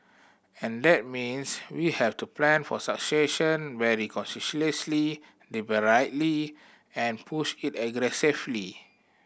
and that means we have to plan for succession very consciously and push it aggressively